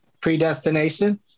predestination